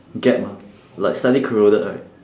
gap ah like slightly corroded right